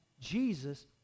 Jesus